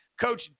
Coach